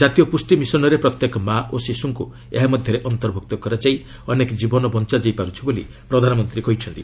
ଜାତୀୟ ପୁଷ୍ଟି ମିଶନ୍ରେ ପ୍ରତ୍ୟେକ ମା' ଓ ଶିଶୁଙ୍କୁ ଏହା ମଧ୍ୟରେ ଅନ୍ତର୍ଭୁକ୍ତ କରାଯାଇ ଅନେକ ଜୀବନ ବଞ୍ଚାଯାଇପାରୁଛି ବୋଲି ପ୍ରଧାନମନ୍ତ୍ରୀ କହିଛନ୍ତି